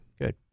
Good